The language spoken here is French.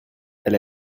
elle